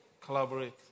Collaborate